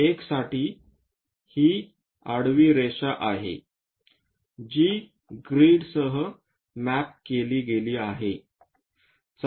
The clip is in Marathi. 1 साठी ही आडवी रेषा आहे जी ग्रीड सह मॅप केली गेली आहे